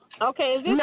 Okay